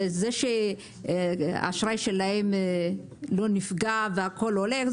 וזה שאשראי שלהם לא נפגע והכול הולך,